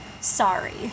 Sorry